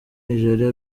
nigeria